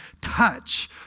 touch